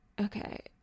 okay